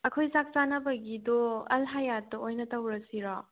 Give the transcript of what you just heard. ꯑꯩꯈꯣꯏ ꯆꯥꯛ ꯆꯥꯅꯕꯒꯤꯗꯣ ꯑꯜ ꯍꯥꯌꯥꯠꯇ ꯑꯣꯏꯅ ꯇꯧꯔꯁꯤꯔꯣ